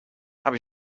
habe